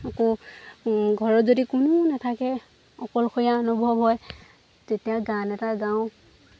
আকৌ ঘৰত যদি কোনো নাথাকে অকলশৰীয়া অনুভৱ হয় তেতিয়া গান এটা গাওঁ